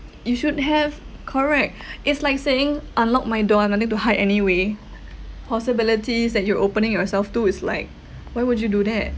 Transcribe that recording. you should have correct it's like saying unlock my door I have nothing to hide anyway possibilities that you're opening yourself to is like why would you do that